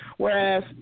Whereas